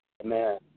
Amen